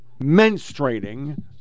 menstruating